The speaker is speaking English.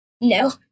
No